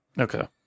Okay